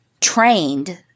trained